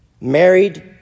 married